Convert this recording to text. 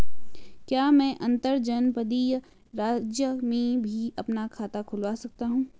क्या मैं अंतर्जनपदीय राज्य में भी अपना खाता खुलवा सकता हूँ?